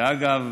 שאגב,